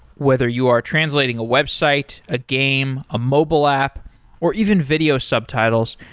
whether you are translating a website, a game, a mobile app or even video subtitles,